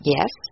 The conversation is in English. Yes